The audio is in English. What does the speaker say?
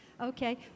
Okay